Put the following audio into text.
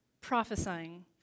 prophesying